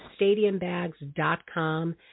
stadiumbags.com